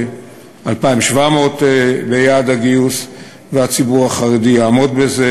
2,700 זה יעד הגיוס, והציבור החרדי יעמוד בזה,